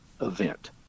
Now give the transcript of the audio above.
event